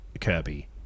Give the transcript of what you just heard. Kirby